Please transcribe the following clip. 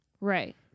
Right